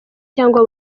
cyangwa